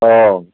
অঁ